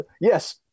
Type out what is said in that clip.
yes